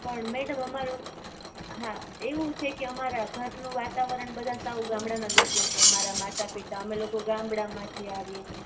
પણ મેડમ અમારું હા એવું છે કે અમારા ઘરનું વાતાવરણ બધા સાવ ગામડાંના લોકો છે અમારા માતા પિતા અમે લોકો ગામડાંમાંથી આવીએ